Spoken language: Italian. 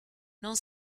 non